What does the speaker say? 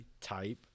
type